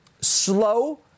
slow